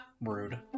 Rude